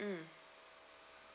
mm